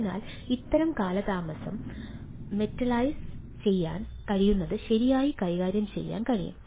അതിനാൽ ഇത്തരം കാലതാമസം മെറ്റലൈസ് ചെയ്യാൻ കഴിയുന്നത് ശരിയായി കൈകാര്യം ചെയ്യാൻ കഴിയും